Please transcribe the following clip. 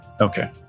Okay